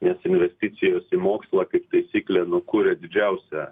nes investicijos į mokslą kaip taisyklė nu kuria didžiausią